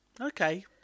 Okay